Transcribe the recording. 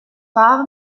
par